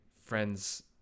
friend's